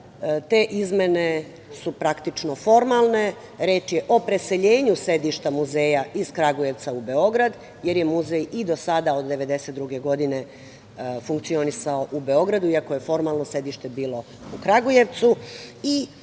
Te izmene su, praktično, formalne. Reč je o preseljenju sedišta muzeja iz Kragujevca u Beograd, jer je muzej i do sada, od 1992. godine, funkcionisao u Beogradu, iako je formalno sedište bilo u Kragujevcu.